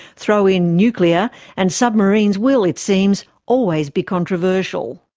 throw in nuclear, and submarines will, it seems, always be controversial.